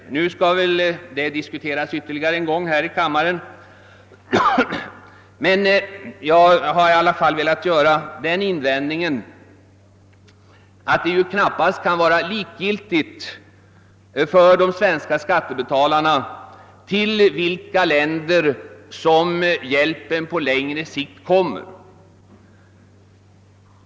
Denna fråga skall ju diskuteras ytterligare en gång i denna kammare, men jag har ändå velat göra den invändningen att det knappast kan vara likgiltigt för de svenska skattebetalarna till vilka länder som hjälpen går på längre sikt.